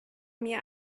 mir